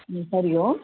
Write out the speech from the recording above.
Hari Om